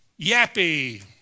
yappy